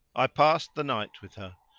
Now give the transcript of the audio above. i passed the night with her.